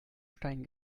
stein